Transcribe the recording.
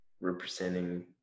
representing